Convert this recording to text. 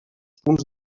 punts